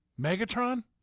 Megatron